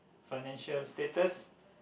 financial status